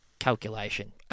calculation